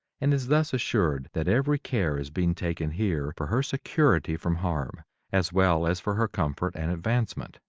and is thus assured that every care is being taken here for her security from harm as well as for her comfort and advancement.